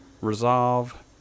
resolve